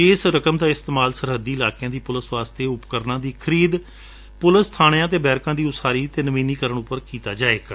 ਇਸ ਰਕਮ ਦਾ ਇਸਤੇਮਾਲ ਸਰਹੱਦੀ ਇਲਾਕਿਆਂ ਦੀ ਪੁਲਿਸ ਵਾਸਤੇ ਉਪਕਰਨਾ ਦੀ ਖਰੀਦ ਪੁਲਿਸ ਬਾਣਿਆਂ ਅਤੇ ਬੈਠਕਾਂ ਦੀ ਉਸਾਰੀ ਅਤੇ ਨਵੀਨੀਕਰਨ ਉਪਰ ਕੀਤਾ ਜਾਵੇਗਾ